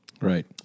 Right